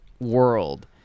world –